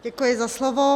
Děkuji za slovo.